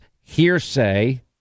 hearsay